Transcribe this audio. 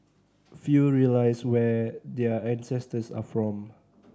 few realise where their ancestors are from